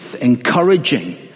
encouraging